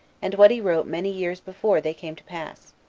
and what he wrote many years before they came to pass.